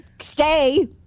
stay